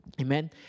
Amen